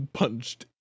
punched